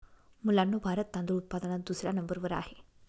मुलांनो भारत तांदूळ उत्पादनात दुसऱ्या नंबर वर आहे